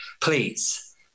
Please